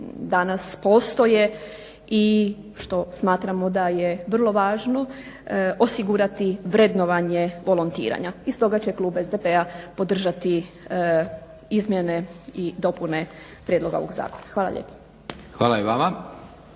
danas postoje i što smatramo da je vrlo važno osigurati vrednovanje volontiranja i stoga će Klub SDP-a podržati izmjene i dopune ovoga zakona. Hvala lijepa. **Leko, Josip